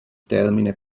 termine